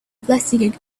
blessing